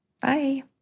Bye